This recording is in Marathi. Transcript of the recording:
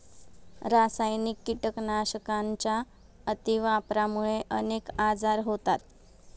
रासायनिक कीटकनाशकांच्या अतिवापरामुळे अनेक आजार होतात